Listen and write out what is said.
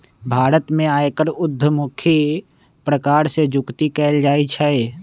भारत में आयकर उद्धमुखी प्रकार से जुकती कयल जाइ छइ